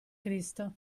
cristo